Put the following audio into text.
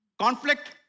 Conflict